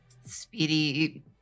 speedy